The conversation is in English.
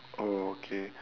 oh okay